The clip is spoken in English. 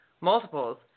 multiples